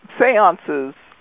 seances